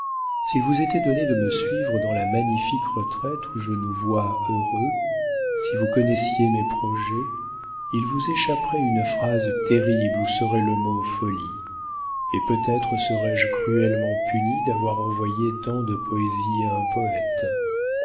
s'il vous était donné de me suivre dans la magnifique retraite où je nous vois heureux si vous connaissiez mes projets il vous échapperait une phrase terrible où serait le mot folie et peut-être serais-je cruellement punie d'avoir envoyé tant de poésie à un poëte